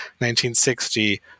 1960